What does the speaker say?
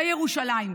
בירושלים.